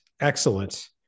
Excellent